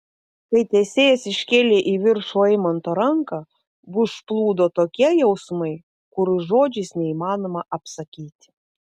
kai teisėjas iškėlė į viršų eimanto ranką užplūdo tokie jausmai kurių žodžiais neįmanoma apsakyti